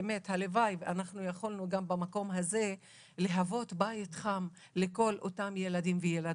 והלוואי ויכולנו במקום הזה להוות בית חם לכל אותם ילדים וילדות.